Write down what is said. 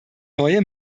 neue